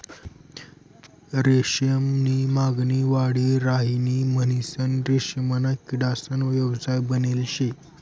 रेशीम नी मागणी वाढी राहिनी म्हणीसन रेशीमना किडासना व्यवसाय बनेल शे